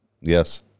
Yes